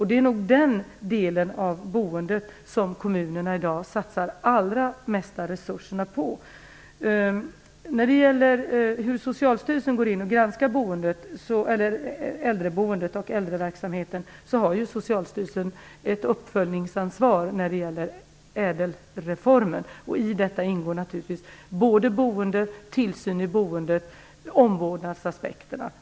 Det är nog på den delen av boendet som kommunerna i dag satsar de allra största resurserna. Beträffande hur Socialstyrelsen granskar äldreboendet och äldreverksamheten, har Socialstyrelsen ett uppföljningsansvar när det gäller ÄDEL-reformen. I detta ingår naturligtvis boende, tillsyn i boende och omvårdnadsaspekterna.